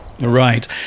Right